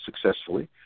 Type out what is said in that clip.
successfully